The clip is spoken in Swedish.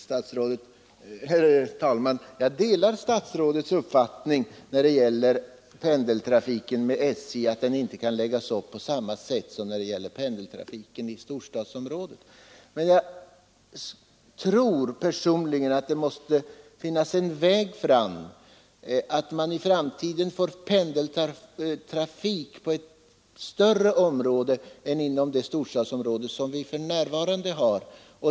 Herr talman! Jag delar statsrådets uppfattning att SJ:s pendeltrafik inte kan läggas upp på samma sätt som SL:s pendeltrafik i storstadsområdet. Men jag tror personligen att det måste finnas möjligheter att i framtiden få pendeltrafik över ett större område än inom det storstadsområde där vi för närvarande har pendeltrafik.